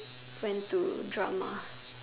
went to drama